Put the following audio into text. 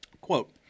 Quote